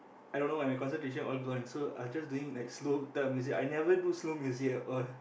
i don't know why my concentration all gone so I was just doing like slow type of music I never do slow music at all